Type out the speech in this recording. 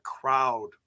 crowd